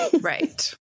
right